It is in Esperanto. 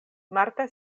marta